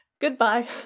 goodbye